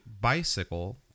bicycle